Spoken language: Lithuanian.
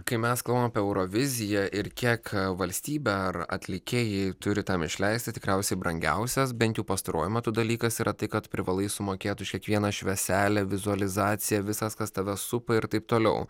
kai mes kalbam apie euroviziją ir kiek valstybė ar atlikėjai turi tam išleisti tikriausiai brangiausias bent jau pastaruoju metu dalykas yra tai kad privalai sumokėt už kiekvieną švieselę vizualizaciją visas kas tave supa ir taip toliau